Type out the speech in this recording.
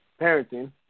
parenting